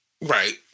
Right